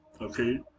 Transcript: okay